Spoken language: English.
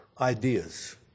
ideas